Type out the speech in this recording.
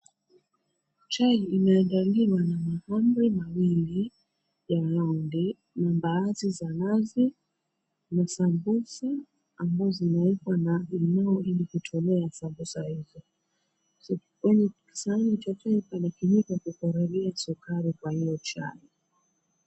Chai imeandaliwa na mahamri mawili ya raundi na baadhi za nazi na samosa ambazo zimewekwa na pilau Ili kutolea samosa hizo. Kwenye sahani walichoipa kipande cha kukorogea sukari kwa hiyo chai.